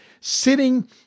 sitting